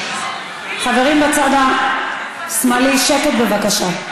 חברים מהצד השמאלי, שקט בבקשה.